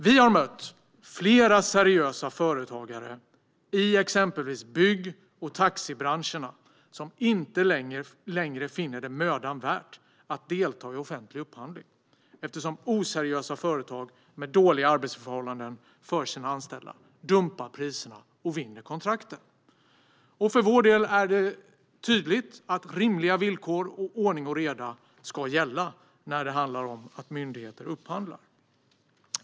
Vi har mött flera seriösa företagare i exempelvis bygg och taxibranscherna som inte längre finner det mödan värt att delta i offentlig upphandling, eftersom oseriösa företag med dåliga arbetsförhållanden för sina anställda dumpar priserna och vinner kontrakten. För vår del är det tydligt att rimliga villkor och ordning och reda ska gälla när myndigheter upphandlar.